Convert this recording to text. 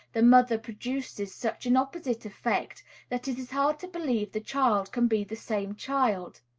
the mother, produces such an opposite effect that it is hard to believe the child can be the same child.